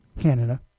Canada